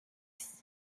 texts